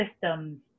systems